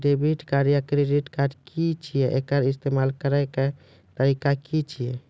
Debit या credit card की छियै? एकर इस्तेमाल करैक तरीका की छियै?